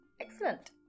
Excellent